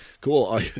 Cool